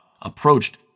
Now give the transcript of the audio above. approached